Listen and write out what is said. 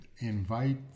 invite